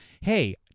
hey